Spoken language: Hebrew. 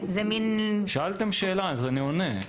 שאלתם שאלה ואני עונה.